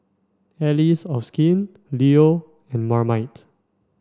Allies of Skin Leo and Marmite